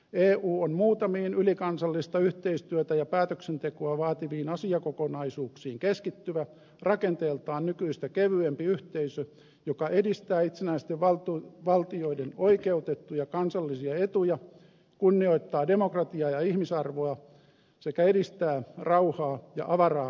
eu on muutamiin ylikansallista yhteistyötä ja päätöksentekoa vaativiin asiakokonaisuuksiin keskittyvä rakenteeltaan nykyistä kevyempi yhteisö joka edistää itsenäisten valtioiden oikeutettuja kansallisia etuja kunnioittaa demokratiaa ja ihmisarvoa sekä edistää rauhaa ja avaraa kansainvälisyyttä